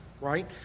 right